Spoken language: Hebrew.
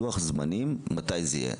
לוח זמנים מתי זה יהיה.